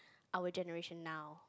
our generation now